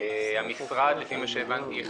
לפי מה שהבנתי,